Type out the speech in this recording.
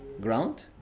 ground